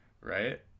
right